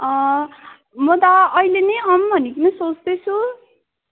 मोत अहिले नै आउँ भनि किन सोच्दैछु